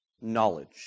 knowledge